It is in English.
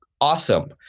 awesome